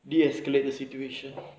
de-escalate the situation